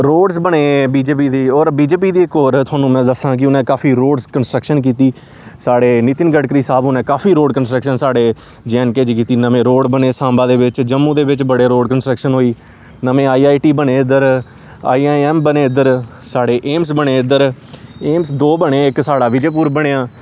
roads बने BJP दी होर बीजेपी दी इक होर में थुआनूं दस्सां कि उ'नें काफी रोड़ कंस्ट्रक्शन कीती साढ़े नितन गडकरी साह्ब उ'नें काफी रोड़ कंस्ट्रक्शन साढ़े जे एंड के जी कीती नमें रोड़ बने सांबा दे बिच जम्मू दे बिच बड़े रोड़ कंस्ट्रक्शन होई नमें आईआईटी बने इद्धर आईआईएम बने इद्धर साढ़े एम्स बने इद्धर एम्स दो बने इक साढ़ा विजयपुर बनेआ